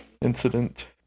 incident